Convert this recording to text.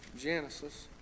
Genesis